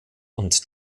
und